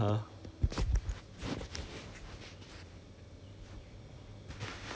it is only now just to you know 做这种东西 then to study and all that mah